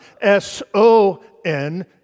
S-O-N